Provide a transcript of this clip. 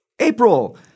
April